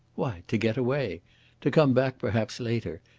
why, to get away to come back perhaps later,